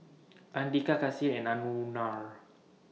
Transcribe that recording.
Andika Kasih and